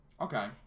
Okay